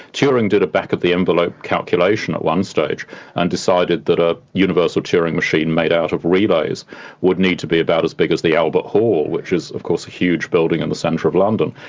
turing did a back-of-the-envelope calculation at one stage and decided that a universal turing machine made out of relays would need to be about as big as the albert hall, which is of course a huge building in the centre of london.